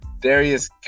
Darius